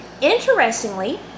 Interestingly